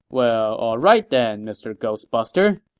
well, alright then, mr. ghostbuster.